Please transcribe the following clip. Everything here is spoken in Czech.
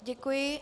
Děkuji.